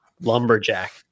lumberjack